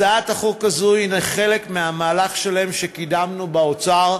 הצעת החוק הזו היא חלק ממהלך שלם שקידמנו באוצר,